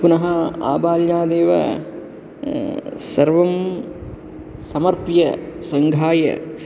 पुनः आबाल्यादेव सर्वं समर्प्य सङ्घाय